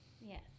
Yes